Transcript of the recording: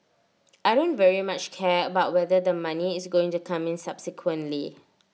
I don't very much care about whether the money is going to come in subsequently